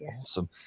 awesome